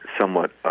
somewhat